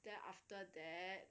then after that